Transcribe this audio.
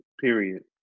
Period